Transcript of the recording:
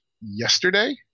yesterday